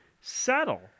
settle